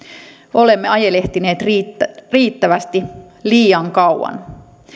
olemme ajelehtineet riittävästi riittävästi liian kauan